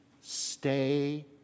stay